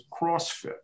CrossFit